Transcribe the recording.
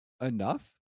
enough